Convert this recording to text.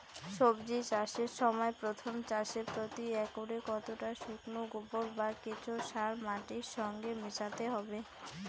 সবজি চাষের সময় প্রথম চাষে প্রতি একরে কতটা শুকনো গোবর বা কেঁচো সার মাটির সঙ্গে মেশাতে হবে?